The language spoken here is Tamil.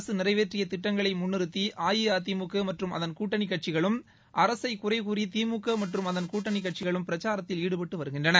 அரசு நிறைவேற்றிய திட்டங்களை முன்னிறுத்தி அஇஅதிமுக மற்றம் அதன் கூட்டணி கட்சிகளும் அரசை குறைகூறி திமுக மற்றும் அதன் கூட்டணி கட்சிகளும் பிரச்சாரத்தில் ஈடுபட்டு வருகின்றன